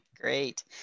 Great